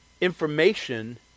information